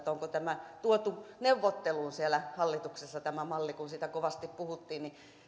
siihen onko tämä malli tuotu neuvotteluun siellä hallituksessa kun siitä kovasti puhuttiin